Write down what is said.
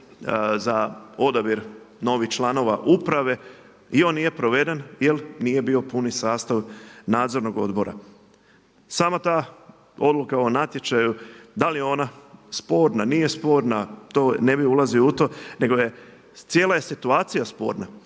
za odabir novih članova uprave i on nije proveden jer nije bio puni sastav Nadzornog odbora. Sama ta odluka o natječaju da li je ona sporna, nije sporna to ne bih ulazio u to, nego je cijela je situacija sporna.